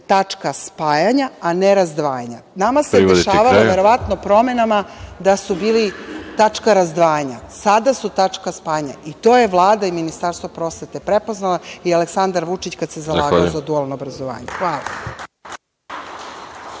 Privedite kraju.)Nama se dešavalo verovatno promenama da su bili tačka razdvajanja. Sada su tačka spajanja i to je Vlada i Ministarstvo prosvete prepoznalo i Aleksandar Vučić kada se zalagao za dualno obrazovanje. Hvala.